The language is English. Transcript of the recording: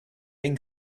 ink